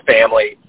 family